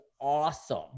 awesome